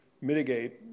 mitigate